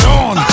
on